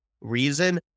reason